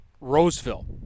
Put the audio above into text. Roseville